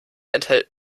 enthält